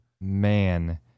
man